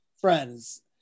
friends